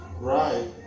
right